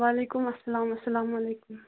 وَعلیکُم اَسَلامُ اَسَلامُ علیکُم